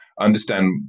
Understand